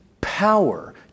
power